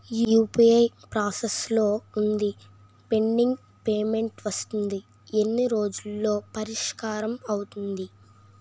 UPI process లో వుంది pending payment వస్తుంది ఎన్ని రోజుల్లో పరిష్కారం అవుతుంది